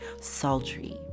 sultry